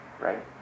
right